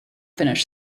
finish